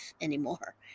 anymore